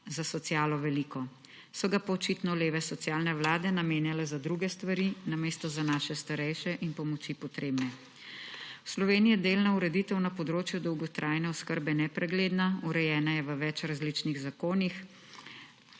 za socialo veliko, so ga pa očitno leve socialne vlade namenjale za druge stvari, namesto za naše starejše in pomoči potrebne. V Sloveniji je delna ureditev na področju dolgotrajne oskrbe nepregledna, urejena je v več različnih zakonih,